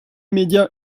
media